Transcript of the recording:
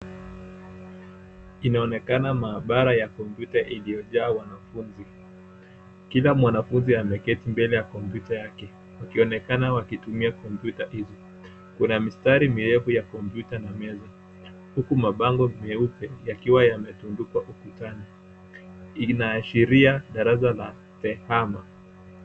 Inaonekana maabara ya kompyuta iliyojaa wanafunzi. Kila mwanafunzi ameketi mbele ya kompyuta yake, wakionekana wakitumia kompyuta hivi. Kuna mistari mirefu ya kompyuta na meza huku mabango meupe yakiwa yametundikwa ukutani. Inaashiria darasa la tehama .